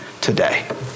today